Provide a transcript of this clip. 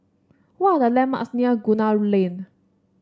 what are the landmarks near Gunner Lane